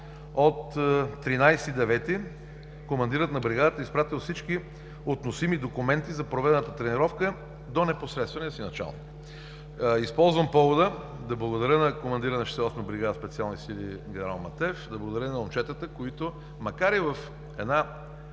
септември командирът на бригадата е изпратил всички относими документи за проведената тренировка до непосредствения си началник. Използвам повода да благодаря на командира на 68-а бригада „Специални сили“ генерал Матеев, да благодаря на момчетата, които, макар и в една